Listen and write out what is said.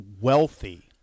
wealthy